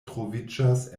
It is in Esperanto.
troviĝas